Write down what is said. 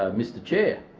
ah mr chair.